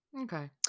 Okay